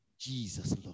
Jesus